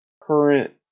current